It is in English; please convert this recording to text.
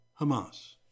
Hamas